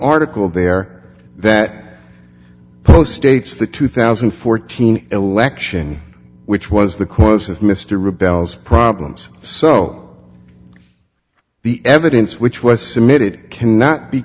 article there that post states the two thousand and fourteen election which was the cause of mr rebels problems so the evidence which was submitted cannot be